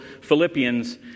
Philippians